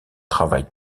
travaille